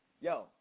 Yo